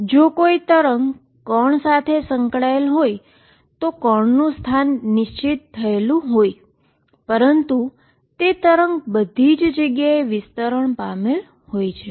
જો કોઈ wave particle સાથે સંકળાયેલ હોય તો પાર્ટીકલનું સ્થાન નિશ્ચિત થયેલું હોય પરંતુ તે વેવ બધી જગ્યાએ સ્પ્રેડ પામેલ હોય છે